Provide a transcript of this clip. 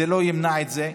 זה לא ימנע את זה.